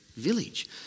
village